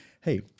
hey